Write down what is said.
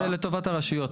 זה לטובת הרשויות.